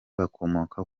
bakomoka